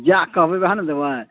जहए कहबै ओहए ने देबै